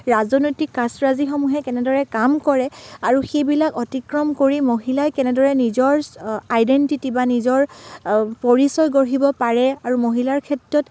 ৰাজনৈতিক কাচৰাজিসমূহে কেনেদৰে কাম কৰে আৰু সেইবিলাক অতিক্ৰম কৰি মহিলাই কেনেদৰে নিজৰ আইডেনটিটি বা নিজৰ পৰিচয় গঢ়িব পাৰে আৰু মহিলাৰ ক্ষেত্ৰত